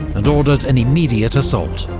and ordered an immediate assault.